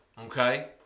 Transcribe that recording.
okay